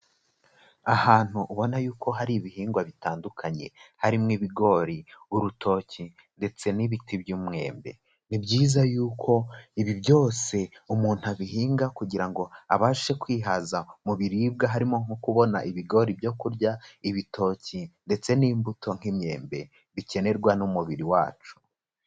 Ahantu ubona yuko hari ibihingwa bitandukanye, harimo ibigori, urutoki ndetse n'ibiti by'umwembe, ni byiza y'uko ibi byose umuntu abihinga kugira ngo abashe kwihaza mu biribwa, harimo nko kubona ibigori byo kurya, ibitoki ndetse n'imbuto nk'imyembe bikenerwa n'umubiri wacu.